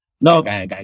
No